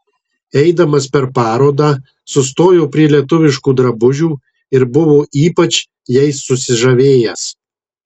eidamas per parodą sustojo prie lietuviškų drabužių ir buvo ypač jais susižavėjęs